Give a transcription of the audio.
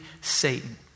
Satan